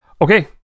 Okay